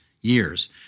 years